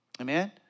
Amen